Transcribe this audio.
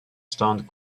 stunt